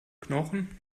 knochen